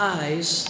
eyes